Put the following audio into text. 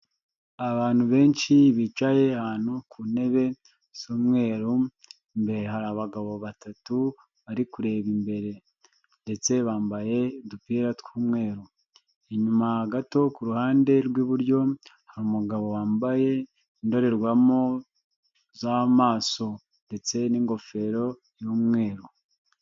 Abantu benshi bicaye ahantu ku ntebe z'umweru, imbere hari abagabo batatu bari kureba imbere ndetse bambaye udupira tw'umweru, inyuma gato ku ruhande rw'iburyo hari umugabo wambaye indorerwamo z'amaso ndetse n'ingofero y'umweru.